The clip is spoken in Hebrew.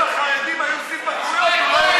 אם החרדים היו עושים בגרויות הוא לא,